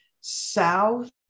South